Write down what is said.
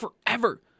forever